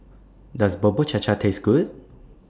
Does Bubur Cha Cha Taste Good